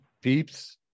peeps